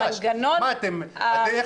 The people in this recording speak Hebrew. מנגנון חדש שאינו